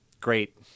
great